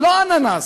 לא אננס,